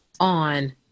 On